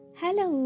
Hello